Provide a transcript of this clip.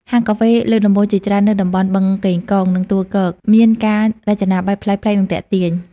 ហាងកាហ្វេលើដំបូលជាច្រើននៅតំបន់បឹងកេងកង និងទួលគោក មានការរចនាបែបប្លែកៗ និងទាក់ទាញ។